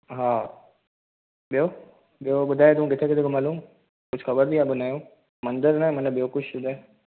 हा ॿियो ॿियो ॿुधाए तूं किथे किथे हलूं कुझु ख़बर थी या नओं मंदर न मतलबु ॿियो कुझु ॿुधाए